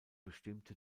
bestimmte